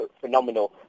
phenomenal